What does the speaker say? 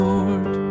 Lord